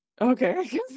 Okay